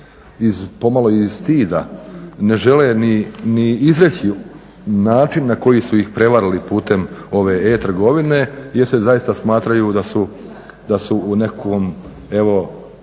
pomalo iz stida ne žele ni izreći način na koji su ih prevarili putem ove e-trgovine jer se zaista smatraju da su u nekakvom